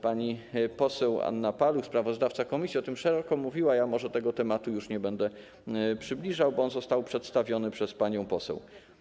Pani poseł Anna Paluch, sprawozdawca komisji, o tym szeroko mówiła, ja tego tematu już nie będą przybliżał, bo on został przedstawiony przez panią poseł.